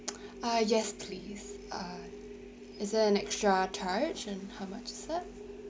uh yes please uh is there an extra charge and how much is that